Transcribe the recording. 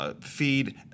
Feed